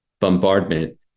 bombardment